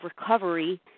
Recovery